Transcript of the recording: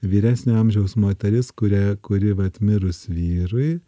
vyresnio amžiaus moteris kurią kuri vat mirus vyrui